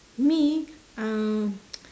me um